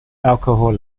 alcohol